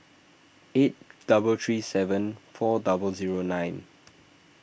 eight double three seven four double zero nine